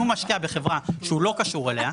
אם הוא משקיע בחברה שהוא לא קשור אליה,